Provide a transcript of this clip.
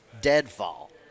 Deadfall